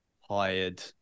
hired